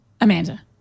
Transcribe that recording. Amanda